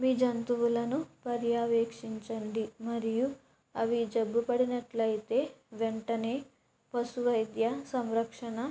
మీ జంతువులను పర్యావేక్షించండి మరియు అవి జబ్బు పడినట్లు అయితే వెంటనే పశువైద్య సంరక్షణ